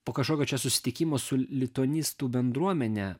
po kažkokio čia susitikimo su lituanistų bendruomene